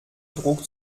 druck